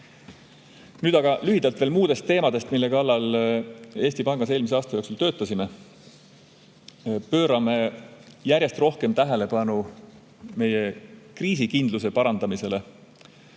Nüüd aga lühidalt veel muudest teemadest, mille kallal Eesti Pangas eelmise aasta jooksul töötasime. Pöörame järjest rohkem tähelepanu meie kriisikindluse parandamisele.